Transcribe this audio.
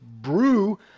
Brew